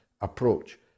approach